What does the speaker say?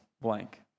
blank